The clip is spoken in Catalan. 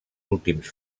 últims